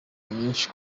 nyinshi